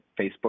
Facebook